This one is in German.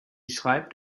schreibt